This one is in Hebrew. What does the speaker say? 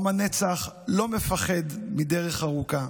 עם הנצח לא מפחד מדרך ארוכה.